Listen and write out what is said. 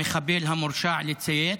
המחבל המורשע?